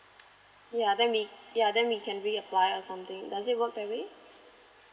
yeah then we yeah then we can reapply or something does it work that way